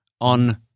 on